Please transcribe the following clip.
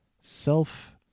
self